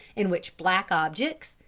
in which black objects,